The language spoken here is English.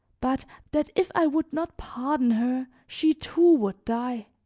but that if i would not pardon her, she, too, would die.